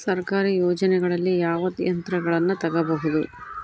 ಸರ್ಕಾರಿ ಯೋಜನೆಗಳಲ್ಲಿ ಯಾವ ಯಂತ್ರಗಳನ್ನ ತಗಬಹುದು?